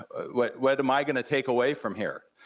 what what am i gonna take away from here?